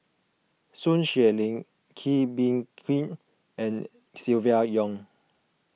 Sun Xueling Kee Bee Khim and Silvia Yong